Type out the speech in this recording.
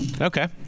Okay